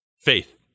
faith